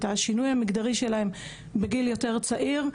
את השינוי המגדרי שלהם בגיל יותר צעיר.